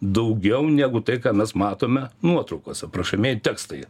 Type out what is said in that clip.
daugiau negu tai ką mes matome nuotraukose aprašomieji tekstai